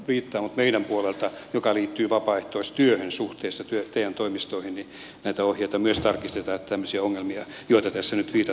mutta meidän puolelta mikä liittyy vapaaehtoistyöhön suhteessa te toimistoihin niin näitä ohjeita myös tarkistetaan että tämmöisiä ongelmia joihin tässä nyt viitattiin ei syntyisi